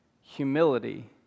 humility